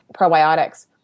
probiotics